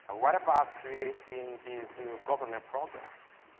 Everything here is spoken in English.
what about creating these new government programs?